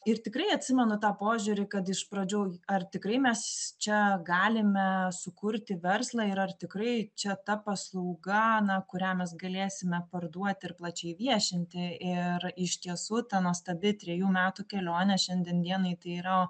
ir tikrai atsimenu tą požiūrį kad iš pradžių ar tikrai mes čia galime sukurti verslą ir ar tikrai čia ta paslauga na kurią mes galėsime parduoti ir plačiai viešinti ir iš tiesų ta nuostabi trejų metų kelionė šiandien dienai tai yra